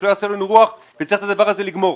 שלא יעשו לנו רוח ואת הדבר הזה צריך לגמור.